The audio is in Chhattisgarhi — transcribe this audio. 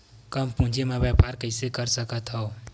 कम पूंजी म व्यापार कइसे कर सकत हव?